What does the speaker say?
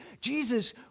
Jesus